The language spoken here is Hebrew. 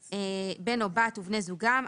בן או בת ובני זוגם,